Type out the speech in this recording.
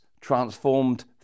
transformed